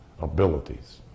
abilities